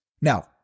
Now